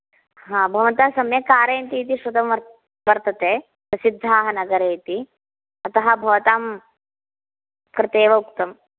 हा भवन्तः सम्यक् कारयन्ति इति श्रुतं वर् वर्तते प्रसिद्धः नगरे इति अतः भवतां कृते एव उक्तम्